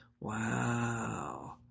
wow